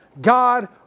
God